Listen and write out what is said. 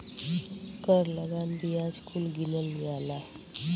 कर लगान बियाज कुल गिनल जाला